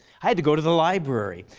i had to go to the library.